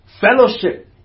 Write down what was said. fellowship